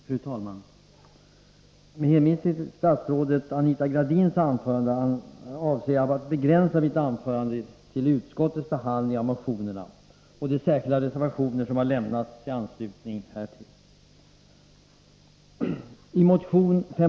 Fru talman! Med hänvisning till statsrådet Anita Gradins anförande avser jag att begränsa mitt inlägg till utskottets behandling av motionerna och de särskilda reservationer som lämnats i anslutning därtill.